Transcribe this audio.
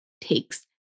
takes